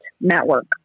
network